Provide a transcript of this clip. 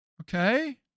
Okay